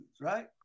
right